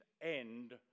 end